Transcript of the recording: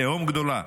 תהום גדולה,